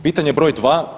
Pitanje broj dva.